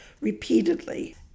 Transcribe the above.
repeatedly